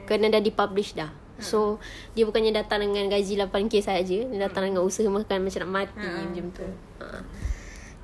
kena sudah dipublish sudah so dia bukannya datang dengan gaji lapan K sahaja dia datang dengan usaha makan macam nak mati macam itu a'ah